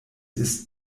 ist